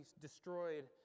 destroyed